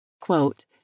Quote